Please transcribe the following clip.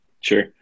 Sure